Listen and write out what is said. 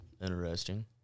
interesting